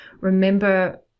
Remember